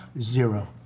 zero